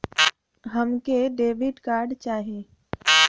हमके debit card चाही?